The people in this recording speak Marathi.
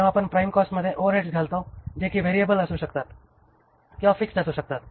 जेव्हा आपण प्राईम कॉस्टमध्ये ओव्हरहेडस घालतो जे की व्हेरिएबल असू शकतात किंवा फिक्स्ड कॉस्ट असू शकतात